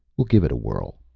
we'll give it a whirl,